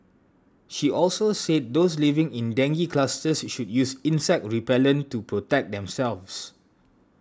she also said those living in dengue clusters should use insect repellent to protect themselves